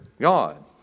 God